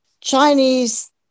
Chinese